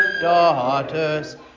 daughters